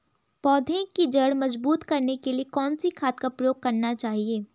पौधें की जड़ मजबूत करने के लिए कौन सी खाद का प्रयोग करना चाहिए?